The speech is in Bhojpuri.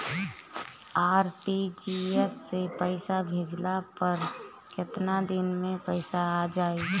आर.टी.जी.एस से पईसा भेजला पर केतना दिन मे पईसा जाई?